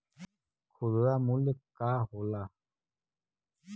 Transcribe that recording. खुदरा मूल्य का होला?